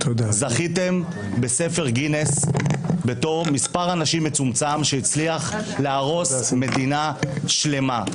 זכיתם בספר גינס בתור מספר האנשים המצומצם שהצליח להרוס מדינה שלמה.